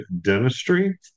Dentistry